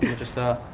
and just, ah.